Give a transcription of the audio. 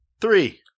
Three